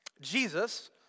Jesus